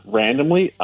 randomly